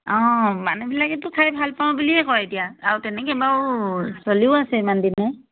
অঁ মানুহবিলাকেতো খাই ভাল পাওঁ বুলিয়ে কয় এতিয়া আৰু তেনেকৈ বাৰু চলিও আছে ইমানদিনে